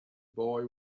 boy